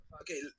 okay